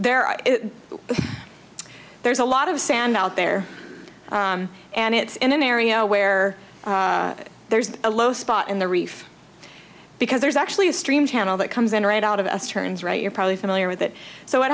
there there's a lot of sand out there and it's in an area where there's a low spot in the reef because there's actually a stream channel that comes in right out of us turns right you're probably familiar with it so what